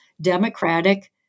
Democratic